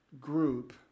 group